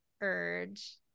urge